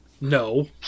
No